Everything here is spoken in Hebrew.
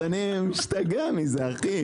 אני משתגע מזה, אחי.